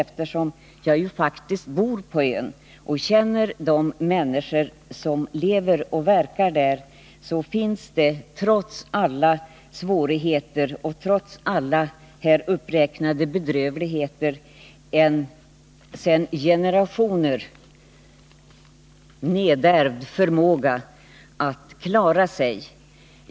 Eftersom jag bor på ön och känner de människor som lever och verkar där, vet jag att det trots alla svårigheter och trots alla här uppräknade bedrövligheter finns en sedan generationer nedärvd förmåga att klara sig.